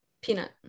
Peanut